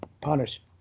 punish